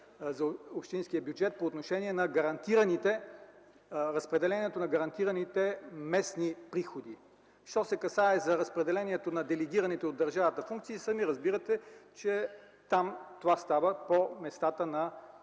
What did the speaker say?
за общинските бюджети по отношение на разпределението на гарантираните местни приходи. Що се отнася до разпределението на делегираните от държавата функции, сами разбирате, че там това става по местата на